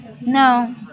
No